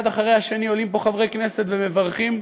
אחד אחרי השני עולים פה חברי כנסת ומברכים.